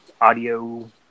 Audio